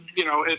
you know,